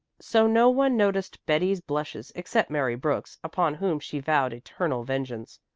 so no one noticed betty's blushes except mary brooks, upon whom she vowed eternal vengeance.